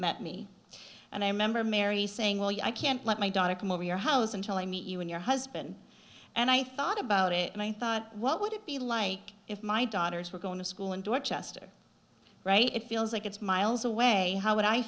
met me and i remember mary saying well you know i can't let my daughter come over your house until i meet you and your husband and i thought about it and i thought what would it be like if my daughters were going to school in dorchester it feels like it's miles away how would i